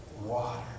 water